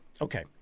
okay